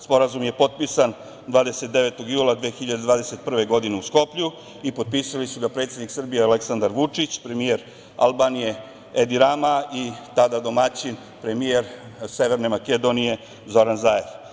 Sporazum je potpisan 29. jula 2021. godine u Skoplju i potpisali su ga predsednik Srbije Aleksandar Vučić, premijer Albanije Edi Rama i tada domaćin premijer Severne Makedonije Zoran Zaev.